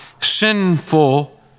sinful